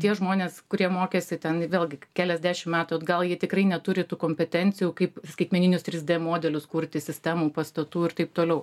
tie žmonės kurie mokėsi ten vėlgi keliasdešim metų atgal jie tikrai neturi tų kompetencijų kaip skaitmeninius trys d modelius kurti sistemų pastatų ir taip toliau